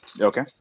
Okay